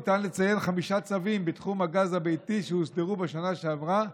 ניתן לציין חמישה צווים בתחום הגז הביתי שהוסדרו בשנה שעברה,